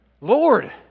Lord